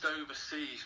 overseas